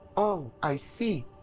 oh, i see.